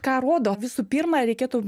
ką rodo visų pirma reikėtų